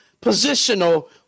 positional